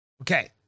Okay